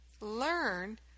learn